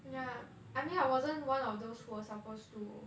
yeah I mean I wasn't one of those who was supposed to